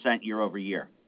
year-over-year